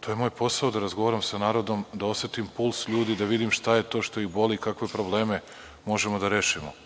To je moj posao, da razgovaram sa narodom, da osetim puls ljudi, da vidim šta je to što ih boli, kakve probleme možemo da rešimo.